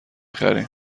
خریم